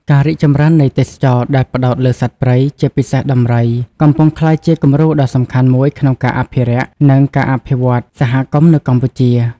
ការរីកចម្រើននៃទេសចរណ៍ដែលផ្តោតលើសត្វព្រៃ ជាពិសេសដំរី កំពុងក្លាយជាគំរូដ៏សំខាន់មួយក្នុងការអភិរក្ស និងការអភិវឌ្ឍសហគមន៍នៅកម្ពុជា។